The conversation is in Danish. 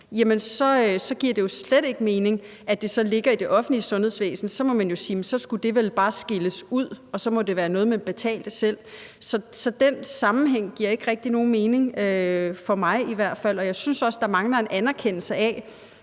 så giver det jo slet ikke mening, at det ligger i det offentlige sundhedsvæsen. Så må man jo sige, at så skulle det vel bare skilles ud, og så måtte det være noget, man selv betalte. Så i den sammenhæng giver det ikke rigtig nogen mening, i hvert fald ikke for mig, og jeg synes også, der mangler en anerkendelse af,